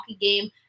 game